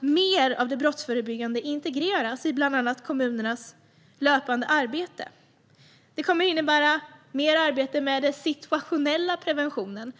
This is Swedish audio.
Mer av det brottsförebyggande arbetet ska integreras i bland annat kommunernas löpande arbete. Man kommer att arbeta mer med den situationella preventionen.